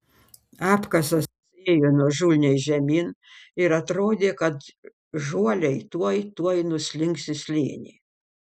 apkasas ėjo nuožulniai žemyn ir atrodė kad žuoliai tuoj tuoj nuslinks į slėnį